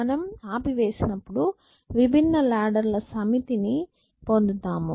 మనము ఆపివేసినప్పుడు విభిన్న లాడర్ ల సమితి ని పొందుతాము